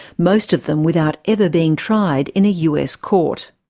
most of them without ever being tried in a us court.